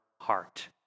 heart